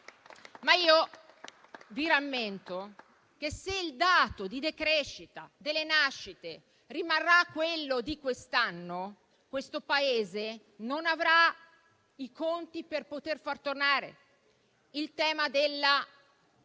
Ma io vi rammento che, se il dato di decrescita delle nascite rimarrà quello di quest'anno, questo Paese non avrà i conti in ordine per far tornare il tema della